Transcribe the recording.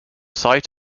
site